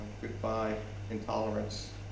goodbye intolerance,